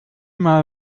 mal